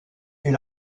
est